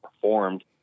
performed